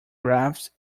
graphs